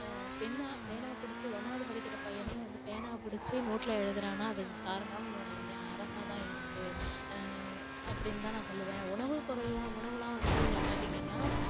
பென்னா பேனா பிடிச்சு ஒன்றாவது படிக்கிறப் பையனே வந்து பேனாப் பிடிச்சு நோட்டில் எழுதுகிறான்னா அதுக்கு காரணம் அரசாகதான் இருக்குது அப்படின்னுதான் நான் சொல்லுவேன் உணவுப் பொருலேலாம் உணவெலாம் வந்து பார்த்தீங்கன்னா